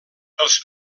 els